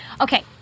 Okay